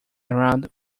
around